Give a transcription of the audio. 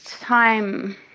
time